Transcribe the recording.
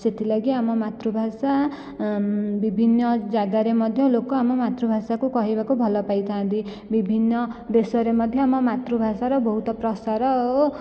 ସେଥିଲାଗି ଆମ ମାତୃଭାଷା ବିଭିନ୍ନ ଜାଗାରେ ମଧ୍ୟ ଲୋକ ଆମ ମାତୃଭାଷାକୁ କହିବାକୁ ଭଲ ପାଇଥାନ୍ତି ବିଭିନ୍ନ ଦେଶରେ ମଧ୍ୟ ଆମ ମାତୃଭାଷାର ବହୁତ ପ୍ରସାର ଓ